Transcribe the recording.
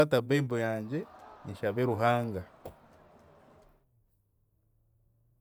Ndakwata bibo yangye, nshabe Ruhanga.